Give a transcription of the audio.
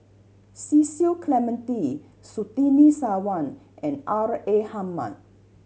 Cecil Clementi Surtini Sarwan and R A Hamid